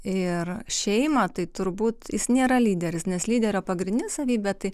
ir šeimą tai turbūt jis nėra lyderis nes lyderio pagrindinė savybė tai